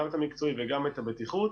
גם את המקצועי וגם את הבטיחות,